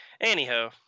Anyhow